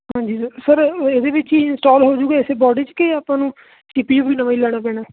ਹਾਂਜੀ sir sir ਇਹਦੇ ਵਿੱਚ ਹੀ ਇੰਸਟਾਲ ਹੋ ਜੂਗਾ ਇਸੇ ਬੋਡੀ 'ਚ ਕਿ ਆਪਾਂ ਨੂੰ ਸੀ ਪੀ ਯੂ ਵੀ ਨਵਾਂ ਹੀ ਲੈਣਾ ਪੈਣਾ